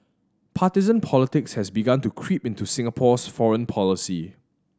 partisan politics has begun to creep into Singapore's foreign policy